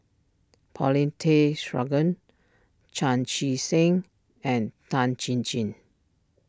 Paulin Tay Straughan Chan Chee Seng and Tan Chin Chin